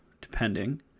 depending